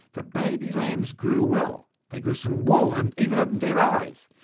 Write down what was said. the baby lambs grew well they grew some wool, and even opened their eyes.